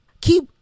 keep